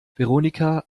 veronika